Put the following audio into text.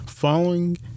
following